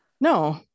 No